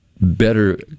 better